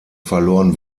verloren